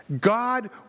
God